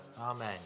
Amen